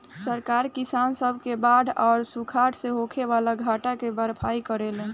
सरकार किसान सब के बाढ़ आ सुखाड़ से होखे वाला घाटा के भरपाई करेले